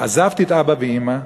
עזבתי את אבא ואימא,